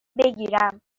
بگیرم